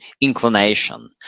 inclination